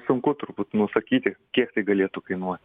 sunku turbūt nusakyti kiek tai galėtų kainuot